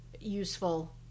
useful